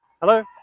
Hello